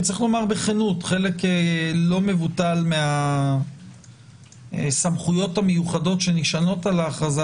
צריך לומר בכנות שחלק לא מבוטל מהסמכויות המיוחדות שנשענות על ההכרזה